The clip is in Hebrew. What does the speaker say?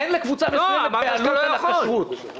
אין לקבוצה מסוימת בעלות על הכשרות.